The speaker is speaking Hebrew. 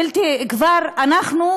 אנחנו,